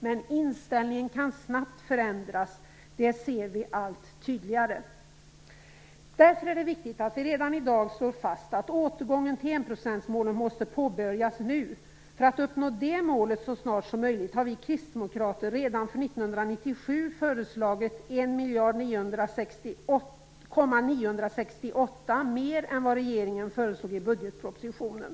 Men inställningen kan snabbt förändras. Det ser vi allt tydligare. Därför är det viktigt att redan i dag slå fast att återgången till enprocentsmålet måste påbörjas nu. För att uppnå det målet så snart som möjligt har vi kristdemokrater redan för 1997 föreslagit 1 968 miljarder mer än vad regeringen gjort i budgetpropositionen.